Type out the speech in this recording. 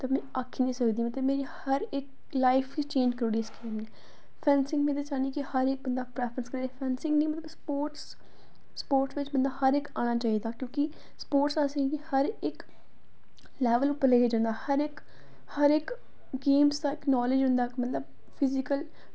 ते में आक्खी निं सकदी ते मेरी हर इक्क लाईफ गै चेंज़ करी ओड़ी उस गेम नै फैंसिंग दे बिच जानी कि हर इक्क फैंसिंग की स्पोटर्स बिच मतलब कि हर इक्क आना चाहिदा क्योंकि स्पोटर्स असेंगी हर इक्क लेवल पर लेइयै जंदा हर इक्क गेम दा नॉलेज़ होंदा मतलब फिजिकल